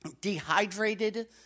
dehydrated